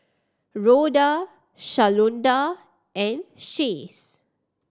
Rhoda Shalonda and Chace